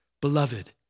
Beloved